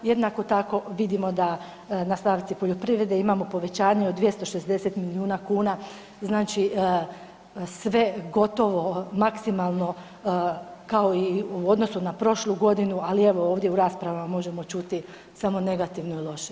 Jednako tako vidimo da na stavci poljoprivrede imamo povećanje od 260 milijuna kuna, znači sve gotovo maksimalno kao i u odnosu na prošlu godinu, ali evo ovdje u raspravama možemo čuti samo negativno i loše.